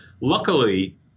luckily